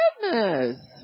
goodness